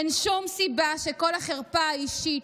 אין שום סיבה שכל החרפה האישית,